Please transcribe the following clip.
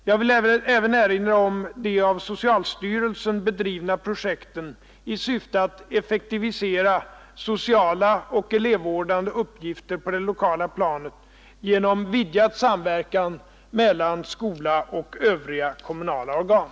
Jag vill även erinra om de av socialstyrelsen bedrivna projekten i syfte att effektivisera sociala och elevvårdande uppgifter på det lokala planet genom vidgad samverkan mellan skola och övriga kommunala organ.